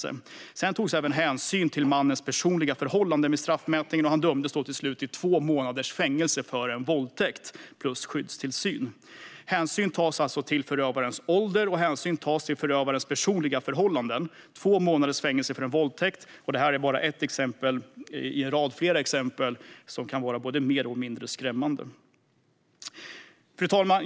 Hänsyn togs även till mannens personliga förhållanden vid straffmätningen, och han dömdes till slut till två månaders fängelse plus skyddstillsyn - för en våldtäkt. Hänsyn tas alltså till förövarens ålder och till förövarens personliga förhållanden. Det blev två månaders fängelse för en våldtäkt. Och det här är bara ett av en rad mer eller mindre skrämmande exempel. Fru talman!